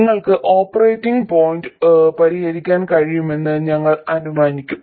നിങ്ങൾക്ക് operating point പരിഹരിക്കാൻ കഴിയുമെന്ന് ഞങ്ങൾ അനുമാനിക്കും